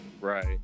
Right